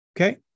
okay